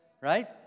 right